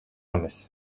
эмес